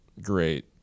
great